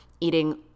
eating